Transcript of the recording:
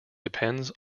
depends